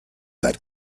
that